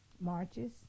marches